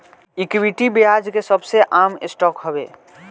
equity, ब्याज के सबसे आम स्टॉक हवे